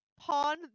pawn